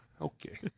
Okay